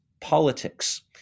politics